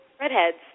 redheads